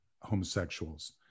homosexuals